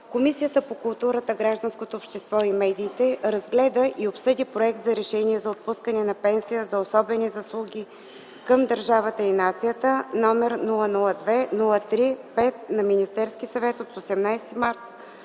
Комисията по културата, гражданското общество и медиите разгледа и обсъди проект за Решение за отпускане на пенсия за особени заслуги към държавата и нацията, № 002-03-5, внесен от Министерския съвет на 18.03.2010